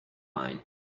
mine